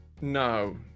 No